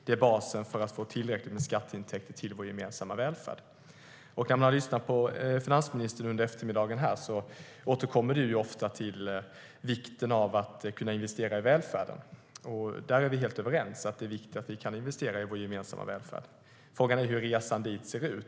Det är basen för att få tillräckligt med skatteintäkter till vår gemensamma välfärd. Finansministern har under eftermiddagen ofta återkommit till vikten av att kunna investera i välfärden. Vi är helt överens om att det är viktigt att vi kan investera i vår gemensamma välfärd. Frågan är hur resan dit ser ut.